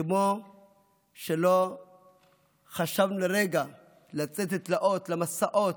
כמו שלא חשבנו לרגע לפני שיצאנו לתלאות, למסעות,